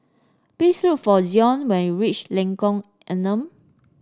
please look for Zion when you reach Lengkong Enam